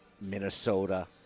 Minnesota